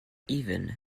even